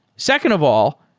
second of all,